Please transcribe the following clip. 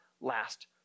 last